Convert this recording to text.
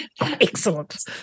Excellent